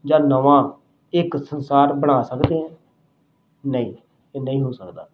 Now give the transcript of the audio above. ਜਾਂ ਨਵਾਂ ਇੱਕ ਸੰਸਾਰ ਬਣਾ ਸਕਦੇ ਹਾਂ ਨਹੀਂ ਇਹ ਨਹੀਂ ਹੋ ਸਕਦਾ